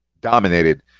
Dominated